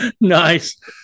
Nice